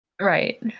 Right